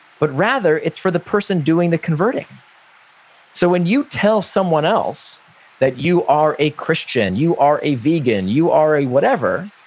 but rather it's for the person doing the converting so when you tell someone else that you are a christian, you are a vegan, you are a whatever,